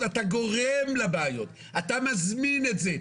אמרתי לו: אתה גורם לבעיות, אתה מזמין את זה.